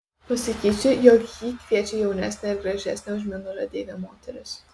pasakysiu jog jį kviečia jaunesnė ir gražesnė už mėnulio deivę moteris